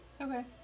Okay